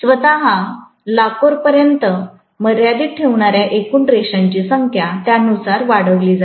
स्वत लाकोर पर्यंत मर्यादित ठेवणाऱ्या एकूण रेषांची संख्या त्यानुसार वाढविली जाईल